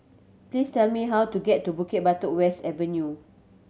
please tell me how to get to Bukit Batok West Avenue